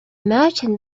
merchant